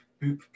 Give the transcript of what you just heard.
Boop